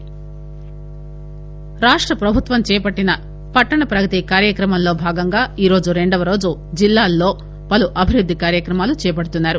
సబితా ఇంధ్రారెడ్డి రాష్టప్రభుత్వం చేపట్టిన పట్టణ ప్రగతి కార్యక్రమంలో భాగంగా ఈరోజు రెండవ రోజు జిల్లాలలో పలు అభివృద్దికార్యక్రమాలు చేపడుతున్నారు